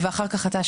אחר כך אתה,